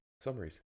summaries